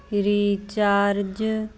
recharge